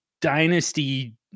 dynasty